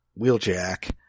Wheeljack